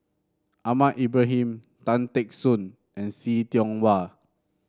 Ahmad Ibrahim Tan Teck Soon and See Tiong Wah